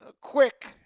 quick